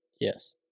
Yes